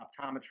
optometry